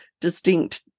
distinct